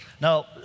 Now